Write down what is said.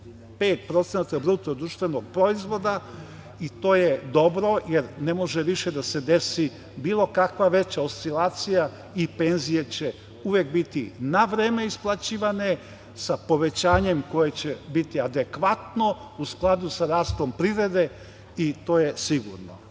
sveli na 10,5% BDP-a i to je dobro, jer ne može više da se desi bilo kakva veća oscilacija i penzije će uvek biti na vreme isplaćivane, sa povećanjem koje će biti adekvatno u skladu sa rastom privrede i to je sigurno. Moram